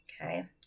okay